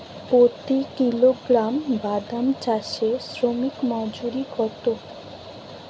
প্রতি কিলোগ্রাম বাদাম চাষে শ্রমিক মজুরি কত?